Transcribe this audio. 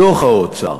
בתוך האוצר,